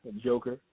Joker